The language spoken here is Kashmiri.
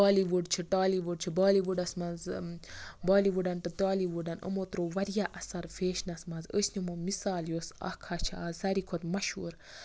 بالی وُڈ چھُ ٹالی وُڈ چھُ بالی وُڈَس منٛز بالی وُڈو تہٕ ٹالی وُڈو یِمو ترٛاوو واریاہ اَثر فیشنَس منٛز أسۍ نَمو مِثال یۄس اکھ چھِ آز ساروی کھۄتہٕ مَشہوٗر